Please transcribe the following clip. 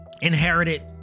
inherited